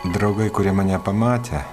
draugai kurie mane pamatė